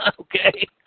Okay